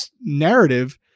narrative